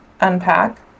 unpack